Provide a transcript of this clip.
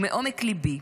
ומעומק לבי,